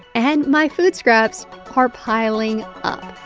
and my food scraps are piling up.